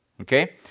Okay